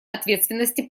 ответственности